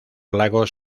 lagos